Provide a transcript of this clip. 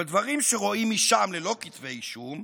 אבל דברים שרואים משם, ללא כתבי אישום,